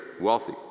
wealthy